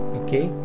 okay